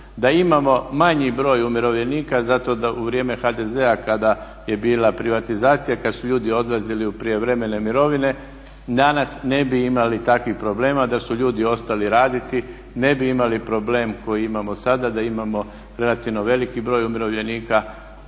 Da imamo manji broj umirovljenika zato da u vrijeme HDZ-a kada je bila privatizacija i kad su ljudi odlazili u prijevremene mirovine danas ne bi imali takvih problema, da su ljudi ostali raditi ne bi imali problem koji imamo sada da imamo relativno veliki broj umirovljenika i